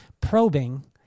probing